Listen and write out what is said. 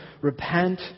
repent